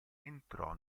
entrò